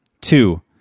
Two